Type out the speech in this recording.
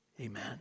amen